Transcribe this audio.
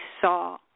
saw